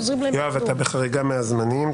יואב, אתה בחריגה מהזמנים.